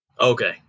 Okay